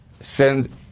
send